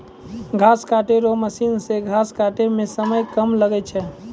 घास काटै रो मशीन से घास काटै मे समय कम लागै छै